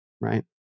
Right